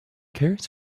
cares